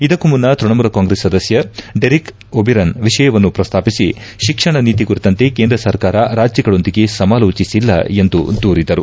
ಇದಕ್ಕೂ ಮುನ್ನ ತೈಣಮೂಲ ಕಾಂಗ್ರೆಸ್ ಸದಸ್ಯ ಡೆರಿಕ್ ಒಬಿರನ್ ವಿಷಯವನ್ನು ಪ್ರಸ್ತಾಪಿಸಿ ಶಿಕ್ಷಣ ನೀತಿ ಕುರಿತಂತೆ ಕೇಂದ್ರ ಸರ್ಕಾರ ರಾಜ್ಯಗಳೊಂದಿಗೆ ಸಮಾಲೋಚಿಸಿಲ್ಲ ಎಂದು ದೂರಿದರು